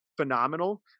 phenomenal